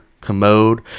Commode